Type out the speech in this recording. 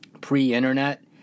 Pre-internet